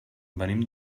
venim